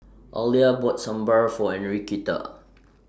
Alia bought Sambar For Enriqueta